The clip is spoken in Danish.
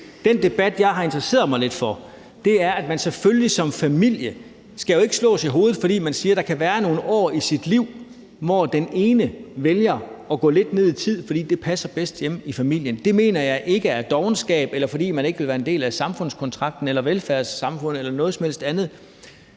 Den debat, jeg har interesseret mig lidt for, er, at man som familie jo selvfølgelig ikke skal slås i hovedet, fordi man siger, at der kan være nogle år i ens liv, hvor den ene vælger at gå lidt ned i tid, fordi det passer bedst hjemme i familien. Det mener jeg ikke er på grund af dovenskab, eller fordi man ikke vil være en del af samfundskontrakten eller velfærdssamfundet eller noget som helst andet.